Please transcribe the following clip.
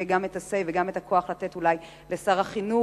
יהיו גם ה-say וגם הכוח לתת אולי לשר החינוך